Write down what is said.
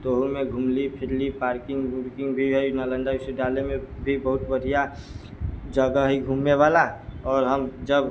तऽ ओहू मे घुमली फिरली पार्किंग उर्किंग भी हय नालन्दा विश्वविद्यालय मे भी बहुत बढ़िऑं जगह हय घुमे वाला आओर हम जब